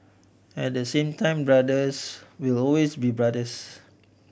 at the same time brothers will always be brothers